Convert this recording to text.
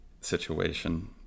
situation